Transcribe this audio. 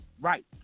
Right